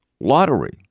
lottery